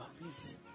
please